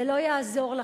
זה לא יעזור לכם.